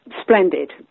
splendid